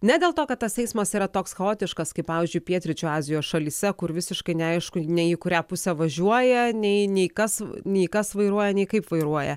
ne dėl to kad tas eismas yra toks chaotiškas kaip pavyzdžiui pietryčių azijos šalyse kur visiškai neaišku nei į kurią pusę važiuoja nei nei kas nei kas vairuoja nei kaip vairuoja